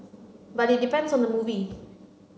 but it depends on the movie